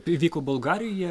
tai vyko bulgarijoje